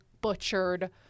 butchered